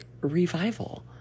revival